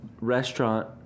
restaurant